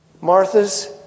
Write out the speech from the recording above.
Martha's